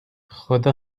خدا